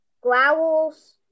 Growls